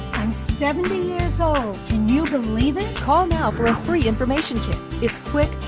i'm seventy years old. can you believe it? call now for a free information kit. it's quick,